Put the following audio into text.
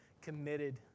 committed